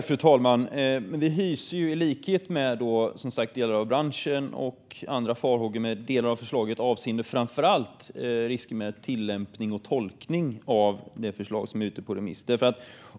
Fru talman! I likhet med delar av branschen hyser vi farhågor avseende framför allt risken när det gäller tillämpning och tolkning av det förslag som är ute på remiss.